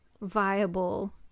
viable